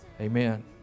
Amen